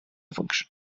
function